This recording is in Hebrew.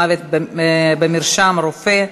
מוות במרשם רופא),